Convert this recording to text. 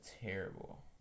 terrible